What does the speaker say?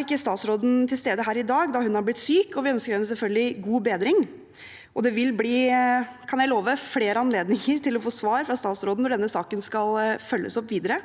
ikke statsråden til stede her i dag, da hun har blitt syk, og vi ønsker henne selvfølgelig god bedring. Det vil bli, kan jeg love, flere anledninger til å få svar fra statsråden når denne saken skal følges opp videre,